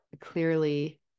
clearly